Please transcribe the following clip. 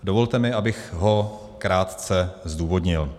Dovolte mi, abych ho krátce zdůvodnil.